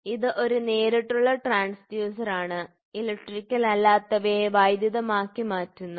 അതിനാൽ ഇത് ഒരു നേരിട്ടുള്ള ട്രാൻസ്ഡ്യൂസറാണ് ഇലക്ട്രിക്കൽ അല്ലാത്തവയെ വൈദ്യുതമാക്കി മാറ്റുന്നു